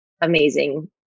amazing